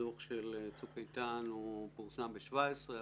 הדוח של צוק איתן פורסם ב-2017,